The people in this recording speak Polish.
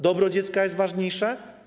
Dobro dziecka jest ważniejsze.